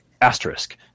Asterisk